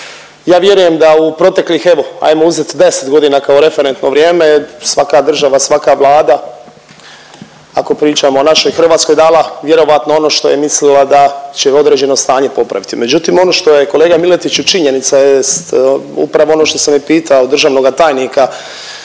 Ja vjerujem da u proteklih evo ajmo uzet 10.g. kao referentno vrijeme, svaka država, svaka Vlada ako pričamo o našoj Hrvatskoj je dala vjerojatno ono što je mislila da će određeno stanje popraviti. Međutim, ono što je kolega Miletiću činjenica jest upravo ono što sam i pitao državnoga tajnika